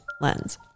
Lens